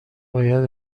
باید